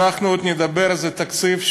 אנחנו עוד נדבר על התקציב.